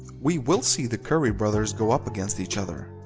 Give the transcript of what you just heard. we will see the curry brothers go up against each other.